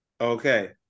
Okay